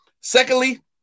Secondly